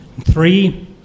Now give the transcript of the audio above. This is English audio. Three